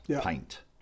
paint